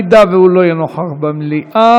אם הוא לא יהיה נוכח במליאה,